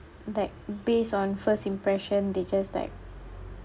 like based on first impression they just like